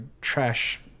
trash